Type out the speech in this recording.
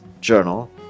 Journal